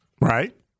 Right